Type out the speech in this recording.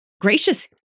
gracious